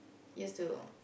used to